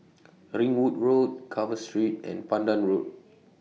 Ringwood Road Carver Street and Pandan Road